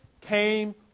came